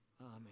Amen